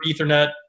Ethernet